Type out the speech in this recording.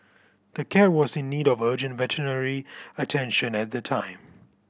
the cat was in need of urgent veterinary attention at the time